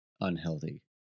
unhealthy